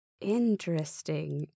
Interesting